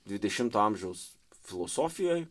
dvidešimto amžiaus filosofijoj